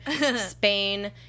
Spain